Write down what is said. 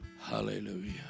Hallelujah